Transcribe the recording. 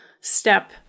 step